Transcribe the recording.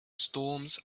storms